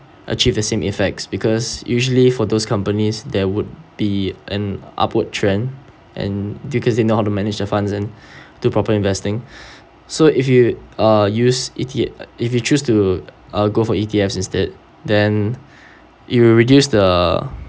achieve the same effects because usually for those companies there would be an upward trend and due cause they know how to manage the funds then do proper investing so if you ah used E_T if you choose to uh go for E_T_F instead then it will reduce the